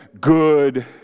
good